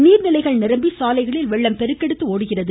நீர்நிலைகள் நிரம்பி சாலைகளில் வெள்ளம் பெருக்கெடுத்து ஓடுகிறது